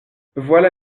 voilà